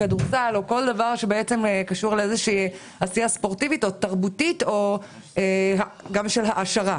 כדורסל או כל דבר שקשור לעשייה ספורטיבית או תרבותית או של העשרה.